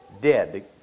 dead